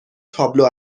تابلو